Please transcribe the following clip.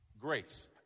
Grace